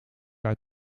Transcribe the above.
uit